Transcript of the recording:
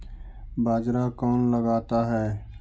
बाजार कौन लगाता है?